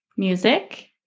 Music